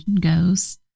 goes